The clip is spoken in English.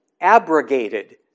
abrogated